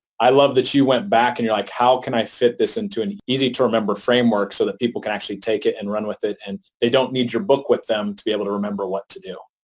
i love that you went back and you're like, how can i fit this into an easy-to-remember framework so that people can actually take it and run with it? and they don't need your book with them to be able to remember what to do.